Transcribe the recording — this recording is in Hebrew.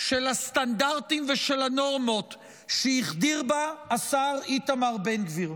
של הסטנדרטים ושל הנורמות שהחדיר בה השר איתמר בן גביר.